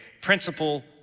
principle